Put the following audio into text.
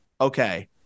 okay